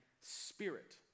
Spirit